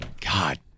God